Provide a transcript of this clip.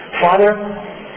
Father